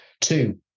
Two